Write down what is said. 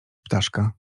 ptaszka